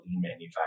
manufacturing